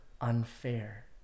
unfair